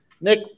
Nick